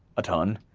a ton,